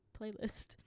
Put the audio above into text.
playlist